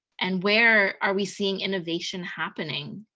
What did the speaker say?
and where are we seeing innovation happening?